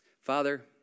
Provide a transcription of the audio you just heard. Father